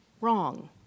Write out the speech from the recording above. wrong